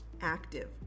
active